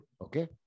Okay